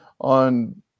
on